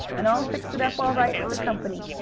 and i'll fix it up all right with the company.